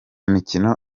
mikino